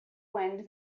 wind